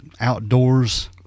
outdoors